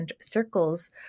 circles